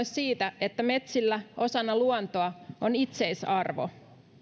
siitä että metsillä osana luontoa on itseisarvo